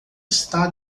está